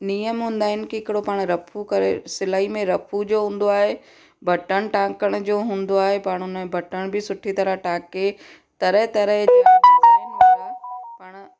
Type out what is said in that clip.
नियम हूंदा आहिनि की हिकिड़ो पाण रफू करे सिलाई में रफू जो हूंदो आहे बटन टांकण जो हूंदो आहे पाण उन में बटण बि सुठी तरह टाके तरह तरह जा डिजाइन वारा पाण